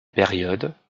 période